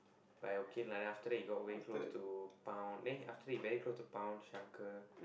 but I okay lah then after that he got very close to Pound then after that he very close to Pound Shankar